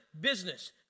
business